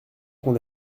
qu’on